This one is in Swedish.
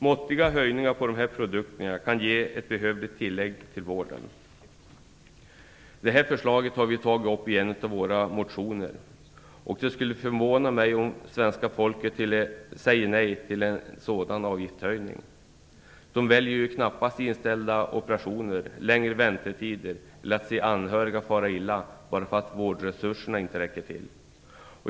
Måttliga avgiftshöjningar på dessa produkter kan ge ett behövligt tillskott till vården. Detta förslag har vi lagt fram i en av våra motioner. Och det skulle förvåna mig om svenska folket säger nej till en sådan avgiftshöjning. Man väljer ju knappast inställda operationer, längre väntetider eller att behöva se anhöriga fara illa bara därför att vårdresurserna inte räcker till.